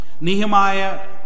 Nehemiah